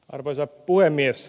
arvoisa puhemies